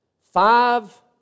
five